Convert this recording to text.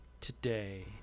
today